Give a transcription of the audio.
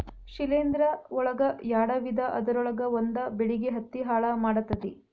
ಶಿಲೇಂಧ್ರ ಒಳಗ ಯಾಡ ವಿಧಾ ಅದರೊಳಗ ಒಂದ ಬೆಳಿಗೆ ಹತ್ತಿ ಹಾಳ ಮಾಡತತಿ